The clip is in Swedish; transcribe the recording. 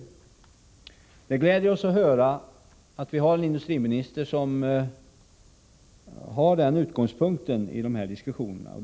Det gläder oss att höra att vi har en industriminister som har den utgångspunkten i dessa diskussioner.